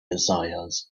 desires